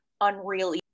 unreal